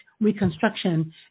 Reconstruction